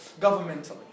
governmentally